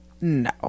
No